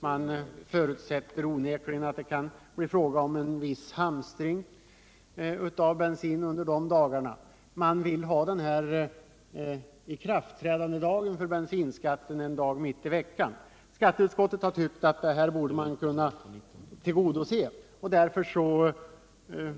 Man förutsätter också att det kan bli fråga om en viss hamstring av bensin under de dagarna, och man vill därför ha bensinskattens ikraftträdande fastställt till en dag mitt i veckan. Skatteutskottet har ansett att det kravet borde kunna tillgodoses.